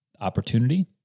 opportunity